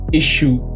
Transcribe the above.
issue